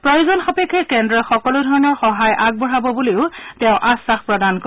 প্ৰয়োজন সাপেেক্ষ কেন্দ্ৰই সকলো ধৰণৰ সহায় কৰিব বুলিও তেওঁ আশ্বাস প্ৰদান কৰে